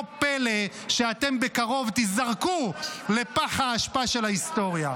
לא פלא שבקרוב אתם תיזרקו לפח האשפה של ההיסטוריה.